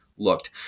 looked